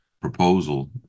proposal